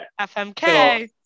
FMK